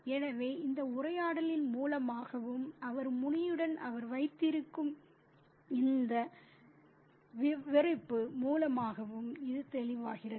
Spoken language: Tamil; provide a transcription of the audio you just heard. எனவே இந்த உரையாடலின் மூலமாகவும் அவர் முனியுடன் அவர் வைத்திருக்கும் இந்த விவரிப்பு மூலமாகவும் இது தெளிவாகிறது